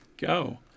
Go